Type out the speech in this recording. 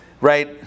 right